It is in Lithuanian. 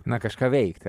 na kažką veikt